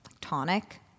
Tonic